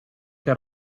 che